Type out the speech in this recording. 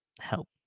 help